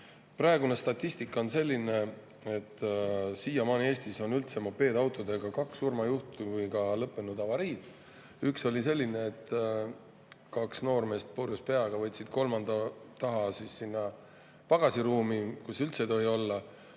Praegune statistika on selline, et siiamaani on Eestis olnud mopeedautodega üldse kaks surmajuhtumiga lõppenud avariid. Üks oli selline, et kaks noormeest võtsid purjus peaga kolmanda taha, sinna pagasiruumi, kus üldse ei tohi olla,